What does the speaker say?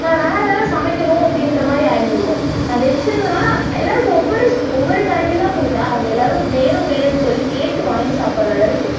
நான் வேற ஏதாவது சமைக்கணும் அப்படின்றமாரி ஆயிருந்திருக்கும் நான் வச்சிருந்தனால எல்லாருக்கும் ஒவ்வொரு ஸ்பூ ஒவ்வொரு கரண்டிதான் கொடுத்தேன் அவங்க எல்லாரும் வேணும் வேணும் சொல்லி கேட்டு வாங்கி சாப்பிட்ற அளவுக்கு